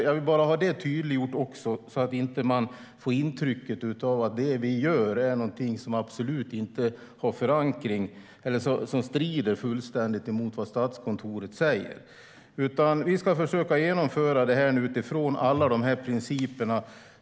Jag vill bara ha det tydliggjort så att man inte får intrycket av att det vi gör är någonting som strider fullständigt emot vad Statskontoret säger. Vi ska försöka genomföra det här utifrån alla de här principerna.